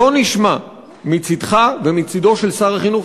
לא נשמע מצדך ומצדו של שר החינוך,